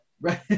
Right